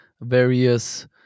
various